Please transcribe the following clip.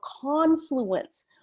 confluence